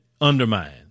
undermine